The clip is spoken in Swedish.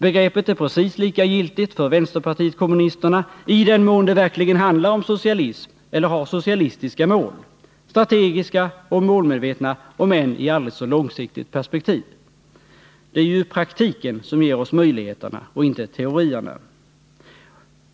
Begreppet är precis lika giltigt för vänsterpartiet kommunisterna, i den mån det verkligen handlar om socialism eller om socialistiska mål — strategiska och medvetna, om än i ett aldrig så långsiktigt perspektiv. Det är ju praktiken som ger oss möjligheterna — inte teorierna.